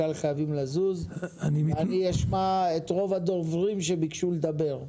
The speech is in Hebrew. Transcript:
אני אשמע את רוב הדוברים שביקשו לדבר.